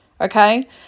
okay